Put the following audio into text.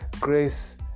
grace